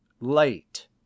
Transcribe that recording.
LATE